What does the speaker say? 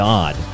God